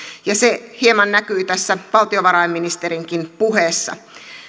ja se hieman näkyi tässä valtiovarainministerinkin puheessa